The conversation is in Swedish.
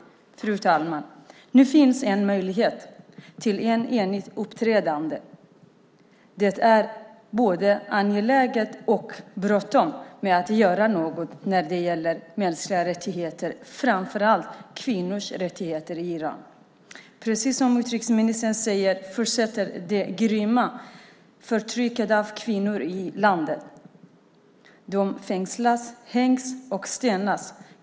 Fru talman! Nu finns en möjlighet till ett enigt uppträdande. Det är både angeläget och bråttom att göra något när det gäller mänskliga rättigheter, framför allt kvinnors rättigheter i Iran. Precis som utrikesministern säger fortsätter det grymma förtrycket av kvinnor i landet. De fängslas, hängs och stenas.